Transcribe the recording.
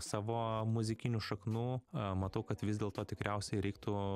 savo muzikinių šaknų matau kad vis dėlto tikriausiai reiktų